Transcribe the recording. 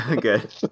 Good